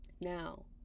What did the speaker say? now